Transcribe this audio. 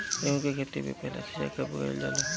गेहू के खेती मे पहला सिंचाई कब कईल जाला?